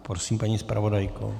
Prosím, paní zpravodajko.